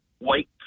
white